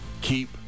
Keep